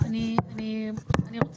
אני מבקש